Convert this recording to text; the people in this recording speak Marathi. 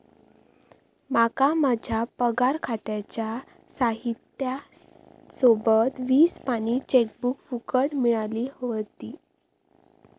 माका माझ्या पगार खात्याच्या साहित्या सोबत वीस पानी चेकबुक फुकट मिळाली व्हती